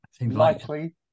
Likely